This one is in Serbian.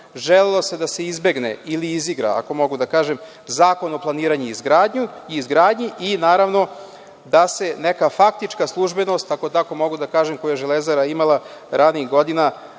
želelo se da se izbegne ili izigra, ako mogu da kažem, Zakon o planiranju i izgradnji i naravno da se neka faktična službenost, ako tako mogu da kažem, koju je „Železara“ imala ranijih godina